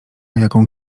jaką